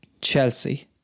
Chelsea